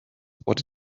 what